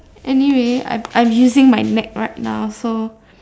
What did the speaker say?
anyway I I'm using my neck right now so